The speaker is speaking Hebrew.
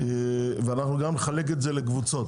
ואנחנו גם נחלק את זה לקבוצות.